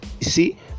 see